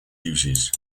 uses